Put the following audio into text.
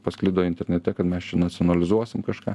pasklido internete kad mes čia nacionalizuosim kažką